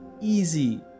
easy